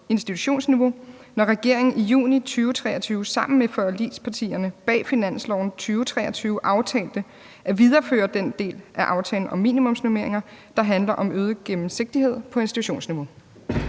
institutionsniveau, når regeringen i juni 2023 sammen med forligspartierne bag finansloven 2023 aftalte at videreføre den del af aftalen om minimumsnormeringer, der handler om øget gennemsigtighed på institutionsniveau?